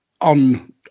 on